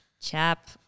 Chap